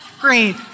great